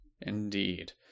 Indeed